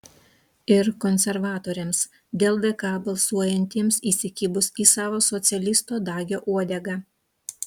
ir konservatoriams dėl dk balsuojantiems įsikibus į savo socialisto dagio uodegą